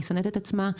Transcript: היא שונאת את עצמה,